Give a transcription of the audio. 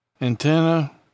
Antenna